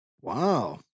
Wow